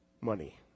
money